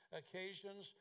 occasions